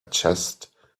chest